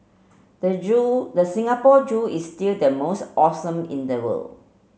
the zoo the Singapore Zoo is still the most awesome in the world